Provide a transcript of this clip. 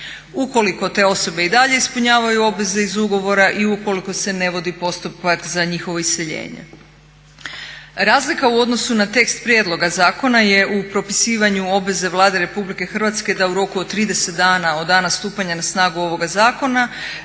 ukoliko te osobe i dalje ispunjavaju obveze iz ugovora i ukoliko se ne vodi postupak za njihovo iseljenje. Razlika u odnosu na tekst prijedloga zakona je u propisivanju obveze Vlade RH da u roku od 30 dana od dana stupanja na snagu ovoga zakona